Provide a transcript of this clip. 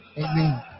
Amen